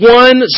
one